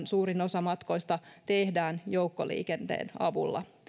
suurin osa matkoista helsingin keskustaan tehdään joukkoliikenteen avulla